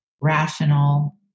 rational